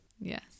Yes